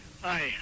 Hi